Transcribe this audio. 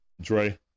Dre